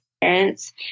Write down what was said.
parents